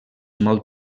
molt